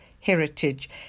heritage